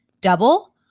double